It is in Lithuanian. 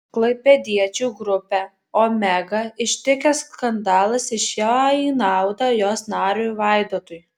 klaipėdiečių grupę omega ištikęs skandalas išėjo į naudą jos nariui vaidotui